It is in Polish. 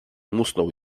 musnął